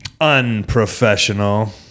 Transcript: unprofessional